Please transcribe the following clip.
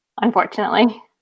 unfortunately